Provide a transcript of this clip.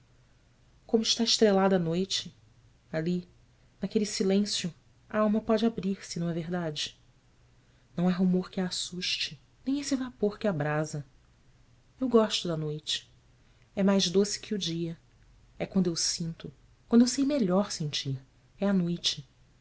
como está estrelada a noite ali naquele silêncio a alma pode abrir-se não é verdade não há rumor que a assuste nem esse vapor que abrasa eu gosto da noite é mais doce que o dia é quando eu sinto quando sei melhor sentir é à noite